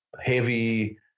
heavy